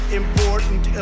important